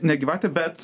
ne gyvatė bet